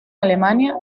alemania